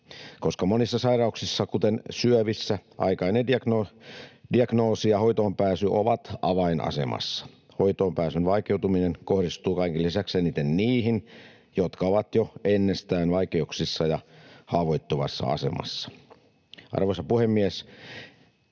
koska monissa sairauksissa, kuten syövissä, aikainen diagnoosi ja hoitoonpääsy ovat avainasemassa. Hoitoonpääsyn vaikeutuminen kohdistuu kaiken lisäksi eniten niihin, jotka ovat jo ennestään vaikeuksissa ja haavoittuvassa asemassa. Arvoisa puhemies!